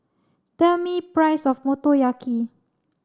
tell me price of Motoyaki